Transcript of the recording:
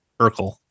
Urkel